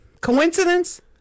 coincidence